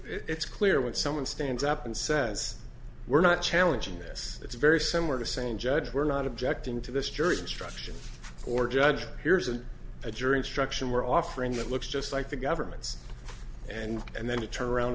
it's clear when someone stands up and says we're not challenging this it's very similar to saying judge we're not objecting to this jury instruction or judge here's a jury instruction we're offering that looks just like the government's and and then we turn around